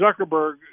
Zuckerberg—